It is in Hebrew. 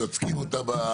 יוצקים אותה.